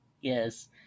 Yes